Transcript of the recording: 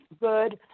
good